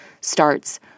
starts